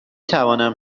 توانم